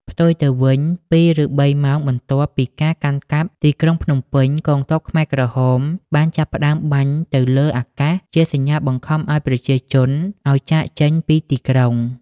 ផ្ទុយទៅវិញ ២ឬ៣ម៉ោងបន្ទាប់ពីកាន់កាប់ទីក្រុងភ្នំពេញ កងទ័ពខ្មែរក្រហមបានចាប់ផ្តើមបាញ់ទៅលើអាកាសជាសញ្ញាបង្ខំឱ្យប្រជាជនឱ្យចាកចេញពីទីក្រុង។